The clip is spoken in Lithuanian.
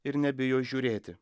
ir nebijo žiūrėti